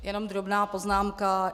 Jenom drobná poznámka.